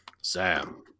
Sam